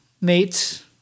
mates